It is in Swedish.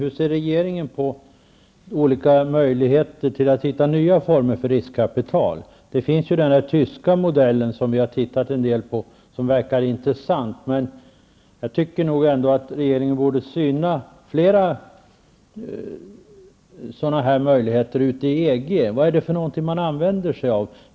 Hur ser regeringen på olika möjligheter att hitta nya former för riskvilligt kapital? Det finns ju en tysk modell som vi har tittat en del på och som verkar intressant. Men jag tycker ändå att regeringen borde syna fler sådana möjligheter i EG-länderna. Vad använder man sig av där?